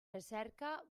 recerca